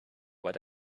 what